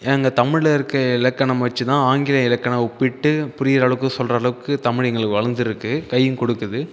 எங்கள் தமிழில் இருக்க இலக்கணம் வச்சுதான் ஆங்கில இலக்கணம் ஒப்பிட்டு புரிகிற அளவுக்கு சொல்கிற அளவுக்கு தமிழ் எங்களுக்கு வளர்ந்திருக்கு கையும் கொடுக்குது